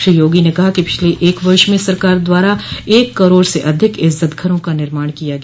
श्री योगी ने कहा कि पिछले एक वर्ष में सरकार द्वारा एक करोड़ से अधिक इज्जत घरों का निर्माण किया गया